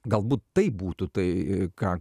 galbūt tai būtų tai ką